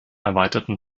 erweiterten